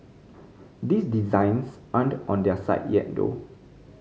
these designs aren't on their site yet though